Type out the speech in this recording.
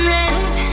rest